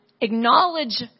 acknowledge